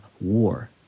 war